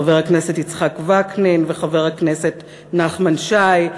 חבר הכנסת יצחק וקנין וחבר הכנסת נחמן שי.